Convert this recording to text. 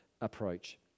approach